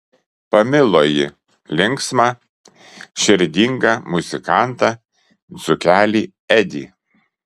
pamilo ji linksmą širdingą muzikantą dzūkelį edį